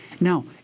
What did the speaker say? Now